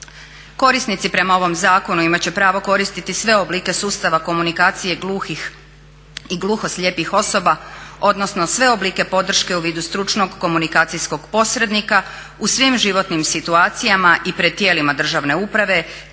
Korisnici prema ovom zakonu imati će pravo koristiti sve oblike sustava komunikacije gluhih i gluhoslijepih osoba odnosno sve oblike podrške u vidu stručnog, komunikacijskog posrednika u svim životnim situacijama i pred tijelima državne uprave,